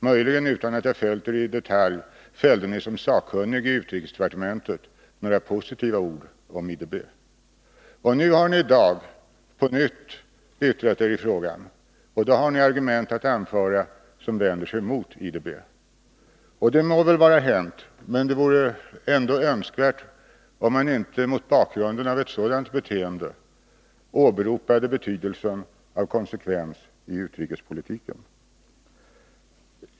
Möjligen, men jag har inte följt er i detalj, fällde ni som sakkunnig i utrikesdepartementet några positiva ord om IDB. I dag har ni på nytt yttrat eri frågan, och då har ni argument att anföra mot IDB. Det må vara hänt, men det vore ändå önskvärt att man inte mot bakgrund av ett sådant beteende åberopade betydelsen av konsekvens i utrikespolitiken.